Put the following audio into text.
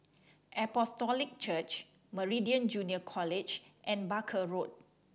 Apostolic Church Meridian Junior College and Barker Road